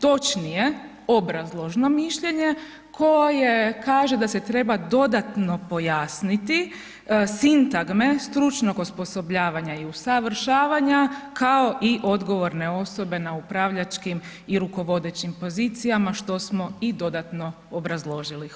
Točnije, obrazložno mišljenje koje kaže da se treba dodatno pojasniti sintagme stručnog osposobljavanja i usavršavanja kao i odgovorne osobe na upravljačkim i rukovodećim pozicijama, što smo i dodatno obrazložili.